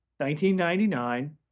1999